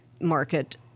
Market